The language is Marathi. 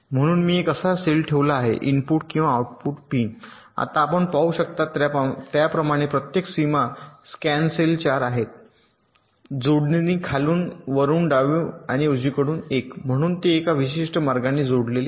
म्हणून मी असा एक सेल ठेवला आहे इनपुट किंवा आउटपुट पिन आता आपण पाहू शकता त्याप्रमाणे प्रत्येक सीमा स्कॅन सेल 4 आहेत जोडणी खालून वरुन डावी व उजवीकडून एक म्हणून ते एका विशिष्ट मार्गाने जोडलेले आहेत